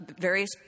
various